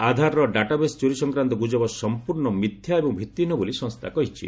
ଆଧାରର database ଚୋରି ସଂକ୍ରାନ୍ତ ଗୁଜବ ସଂପର୍ଶ୍ଣ ମିଥ୍ୟା ଏବଂ ଭିତ୍ତହୀନ ବୋଲି ସଂସ୍ଥା କହିଛି